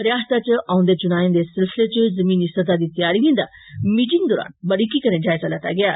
रियासता च औँदे चुनायें दे सिलसिले इच जमीनी सतह दी त्यारियें दा मीटिंग दौरान बरीकी कन्ने जायजा लैता गेआ